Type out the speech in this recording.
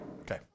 Okay